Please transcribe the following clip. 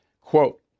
Quote